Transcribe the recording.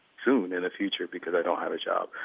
soon in the future because i don't have a job.